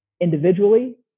individually